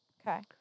Okay